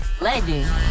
Legend